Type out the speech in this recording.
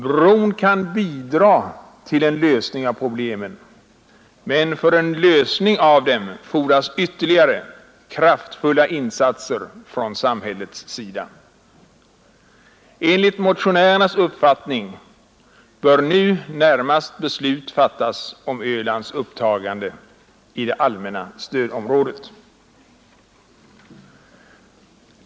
Bron kan bidra till en lösning av problemen, men för en lösning av dem fordras ytterligare kraftfulla insatser från samhällets sida. Enligt motionärernas uppfattning bör nu närmast beslut fattas om Ölands upptagande i det allmänna stödområdet.